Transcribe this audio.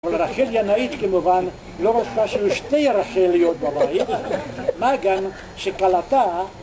אבל רחיל ינאית כמובן לא רצתה שיהיו שתי רחליות, בבית מה גם שכלתה